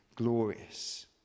glorious